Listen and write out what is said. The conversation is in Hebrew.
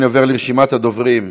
אני עובר לרשימת הדוברים.